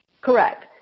Correct